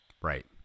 right